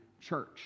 church